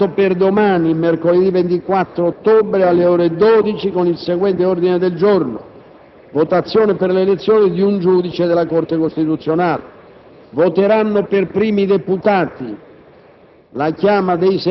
è convocato per domani, mercoledì 24 ottobre, alle ore 12, con il seguente ordine del giorno: «Votazione per l'elezione di un giudice della Corte costituzionale». Voteranno per primi i deputati.